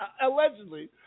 Allegedly